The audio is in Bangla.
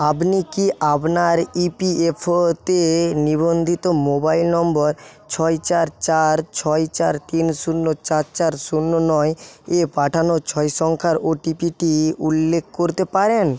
আপনি কি আপনার ই পি এফ ওতে নিবন্ধিত মোবাইল নম্বর ছয় চার চার ছয় চার তিন শূন্য চার চার শূন্য নয় এ পাঠানো ছয় সংখ্যার ও টি পিটি উল্লেখ করতে পারেন